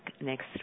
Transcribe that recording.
next